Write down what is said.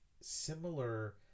similar